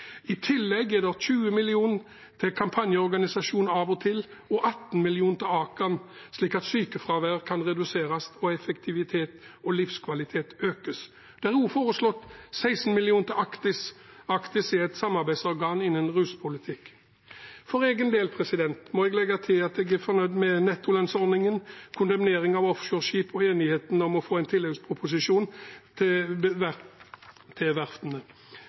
I tillegg er det 20 mill. kr til kampanjeorganisasjonen Av-og-til og 18 mill. kr til Akan, slik at sykefravær kan reduseres, og effektivitet og livskvalitet økes. Det er også foreslått 16 mill. kr til Actis, som er et samarbeidsorgan innen ruspolitikk. For egen del må jeg legge til at jeg er fornøyd med nettolønnsordningen, kondemnering av offshoreskip og enigheten om å få en tilleggsproposisjon til verftene. En bergingsbil til